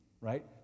right